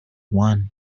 one